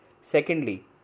secondly